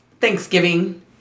Thanksgiving